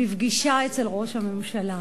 בפגישה אצל ראש הממשלה.